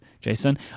Jason